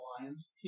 Lions